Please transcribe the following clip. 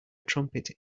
trumpet